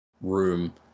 room